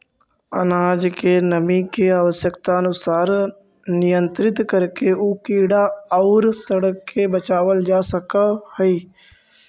अनाज के नमी के आवश्यकतानुसार नियन्त्रित करके उ कीड़ा औउर सड़े से बचावल जा सकऽ हई